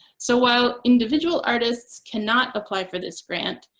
so while individual artists cannot apply for this grant,